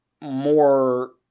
more